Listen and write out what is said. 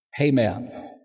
Amen